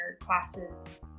classes